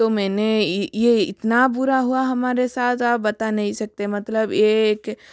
तो मैंने ये इतना बुरा हुआ हमारे साथ आप बता नहीं सकते मतलब एक